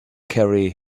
carry